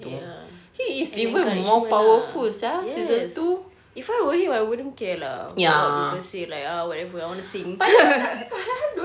ya encouragement ah yes if I were him I wouldn't care lah of what people say like ah whatever I want to sing